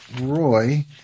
Roy